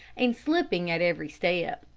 and slipping at every step.